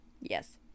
Yes